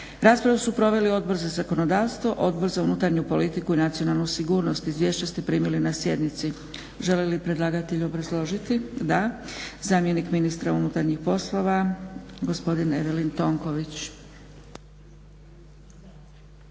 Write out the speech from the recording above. Raspravu su proveli Odbor za zakonodavstvo, Odbor za unutarnju politiku i nacionalnu sigurnost. Izvješća ste primili na sjednici. Želi li predlagatelj obrazložiti? Da. Zamjenik ministra unutarnjih poslova gospodin Evelin Tonković.